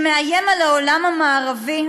שמאיים על העולם המערבי,